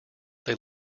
they